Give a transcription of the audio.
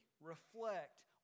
reflect